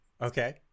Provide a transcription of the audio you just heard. Okay